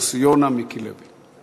יוסי יונה, מיקי לוי.